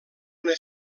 una